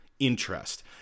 Interest